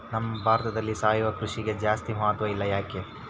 ನಮ್ಮ ಭಾರತದಲ್ಲಿ ಸಾವಯವ ಕೃಷಿಗೆ ಜಾಸ್ತಿ ಮಹತ್ವ ಇಲ್ಲ ಯಾಕೆ?